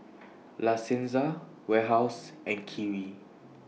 La Senza Warehouse and Kiwi